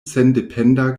sendependa